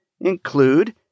include